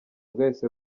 bwahise